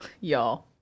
Y'all